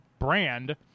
brand